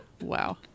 Wow